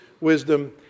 wisdom